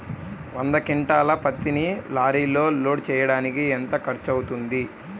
వంద క్వింటాళ్ల పత్తిని లారీలో లోడ్ చేయడానికి ఎంత ఖర్చవుతుంది?